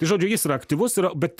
tai žodžiu jis yra aktyvus ir bet